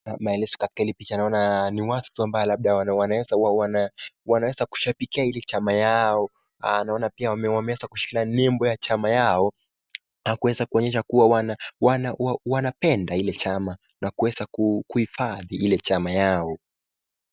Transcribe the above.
Maelezo katika hili picha naona ni watu tu labda wanaeza kushabikia hili chama yao, naona pia wameeza kushika nembo ya chama yao na kuweza kuonyesha kuwa wanapenda ile chama na kuweza kuhifadhi ile chama yao.